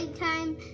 time